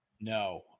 No